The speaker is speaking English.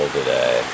today